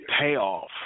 payoff